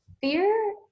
fear